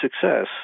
success